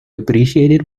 appreciated